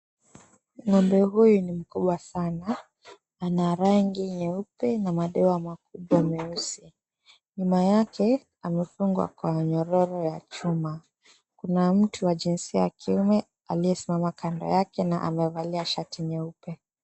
Ng'ombe huyu ni mkubwa sana. Ana rangi nyeupe na madewa makubwa meusi. Nyuma yake amefungwa kwa nyororo ya chuma. Kuna mtu wa jinsia ya kiume aliyesimama kando yake na amevalia shati nyeupe.